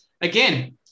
again